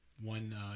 one